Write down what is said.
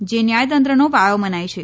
જે ન્યાયતંત્રનો પાયો મનાય છે